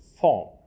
form